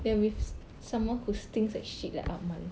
then with someone who stinks like shit like aman